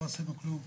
לא עשינו כלום.